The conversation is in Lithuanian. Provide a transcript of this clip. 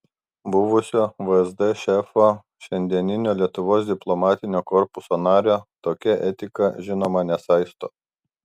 buvusio vsd šefo šiandieninio lietuvos diplomatinio korpuso nario tokia etika žinoma nesaisto